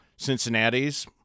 Cincinnati's